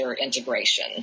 integration